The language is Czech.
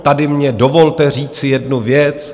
Tady mně dovolte říci jednu věc.